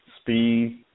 speed